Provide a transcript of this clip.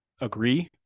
agree